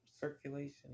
circulation